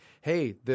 Hey